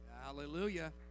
hallelujah